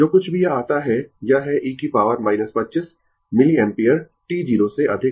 जो कुछ भी यह आता है यह है e की पॉवर 25 मिलिएम्पियर t 0 से अधिक